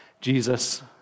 Jesus